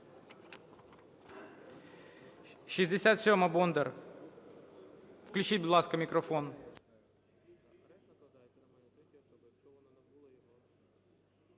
67-а, Бондар. Включіть, будь ласка, мікрофон.